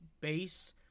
base